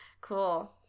Cool